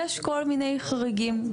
יש כל מיני חריגים.